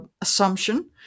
assumption